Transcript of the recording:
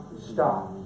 stop